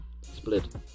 split